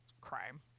crime